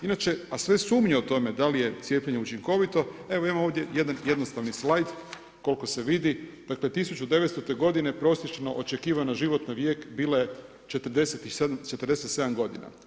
Inače, a sve sumnje o tome da li je cijepljenje učinkovito evo imamo ovdje jednostavni slajd koliko se vidi, dakle 1900. godine prosječna očekivani životni vijek bila je 47 godina.